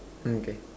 hmm okay